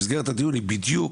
אבל מסגרת הדיון היא בדיוק.